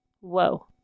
whoa